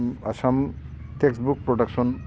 Assam state text book production